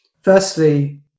firstly